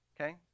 okay